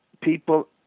people